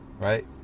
Right